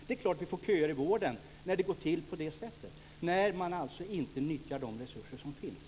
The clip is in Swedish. Det är klart att vi får köer i vården när det går till på det sättet och man inte nyttjar de resurser som finns.